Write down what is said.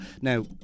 Now